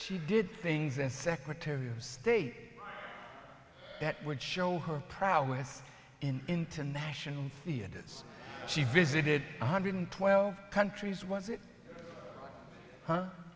she did things as secretary of state that would show her prowess in international theaters she visited one hundred twelve countries was it